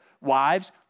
Wives